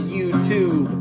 YouTube